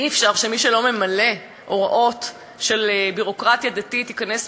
אי-אפשר שמי שלא ממלא הוראות של ביורוקרטיה דתית ייכנס,